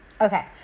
okay